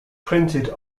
printed